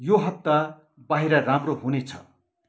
यो हप्ता बाहिर राम्रो हुनेछ